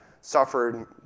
suffered